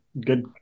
good